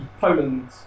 Poland